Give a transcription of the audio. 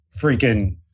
freaking